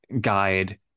guide